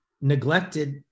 neglected